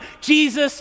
Jesus